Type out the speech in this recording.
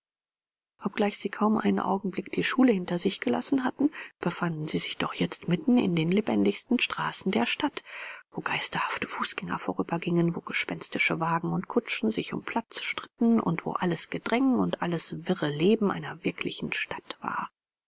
obgleich sie kaum einen augenblick die schule hinter sich gelassen hatten befanden sie sich doch jetzt mitten in den lebendigsten straßen der stadt wo schattenhafte fußgänger vorübergingen wo gespenstische wagen und kutschen sich um platz stritten und wo alles gedräng und alles wirre leben einer wirklichen stadt war